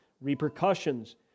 repercussions